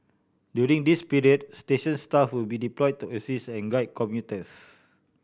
during this period station staff will be deployed to assist and guide commuters